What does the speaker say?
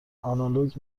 آنالوگ